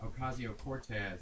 Ocasio-Cortez